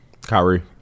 Kyrie